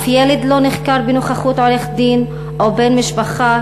אף ילד לא נחקר בנוכחות עורך-דין או בן משפחה,